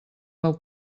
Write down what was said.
meu